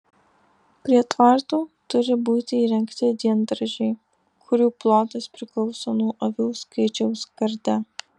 prie tvartų turi būti įrengti diendaržiai kurių plotas priklauso nuo avių skaičiaus garde